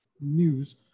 news